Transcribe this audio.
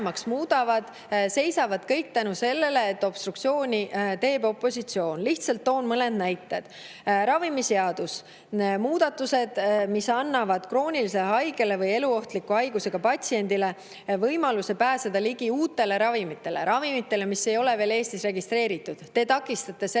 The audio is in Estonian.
[need] seisavad kõik seetõttu, et opositsioon teeb obstruktsiooni. Lihtsalt toon mõned näited. Ravimiseadus: muudatused, mis annavad kroonilisele haigele või eluohtliku haigusega patsiendile võimaluse pääseda ligi uutele ravimitele, ravimitele, mis ei ole veel Eestis registreeritud. Te takistate nende